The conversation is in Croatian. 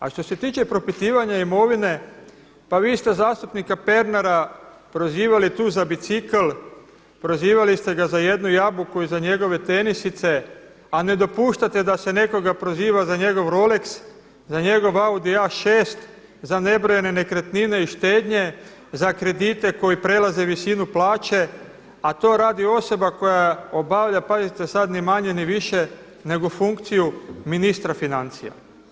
A što se tiče propitivanja imovine, pa vi ste zastupnika Pernara prozivali tu za bicikl, prozivali ste ga za jednu jabuku i za njegove tenisice a ne dopuštate da se nekoga proziva za njegov Rolex, za njegov Audi A6, za nebrojene nekretnine i štednje, za kredite koji prelaze visinu plaće a to radi osoba koja obavlja, pazite sad, ni manje ni više nego funkciju ministra financija.